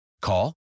Call